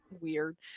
weird